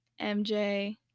mj